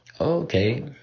Okay